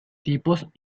tipos